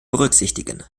berücksichtigen